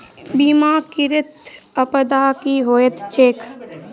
बीमाकृत आपदा की होइत छैक?